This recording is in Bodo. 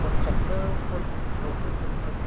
हरखाबनो हरनि समावबो बायनो हागौ